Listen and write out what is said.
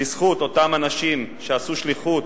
בזכות אותם אנשים שעשו שליחות,